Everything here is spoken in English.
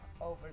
over